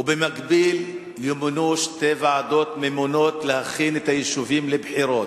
ובמקביל ימונו שתי ועדות ממונות להכין את היישובים לבחירות.